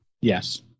Yes